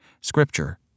Scripture